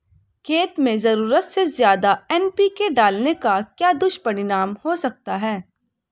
खेत में ज़रूरत से ज्यादा एन.पी.के डालने का क्या दुष्परिणाम हो सकता है?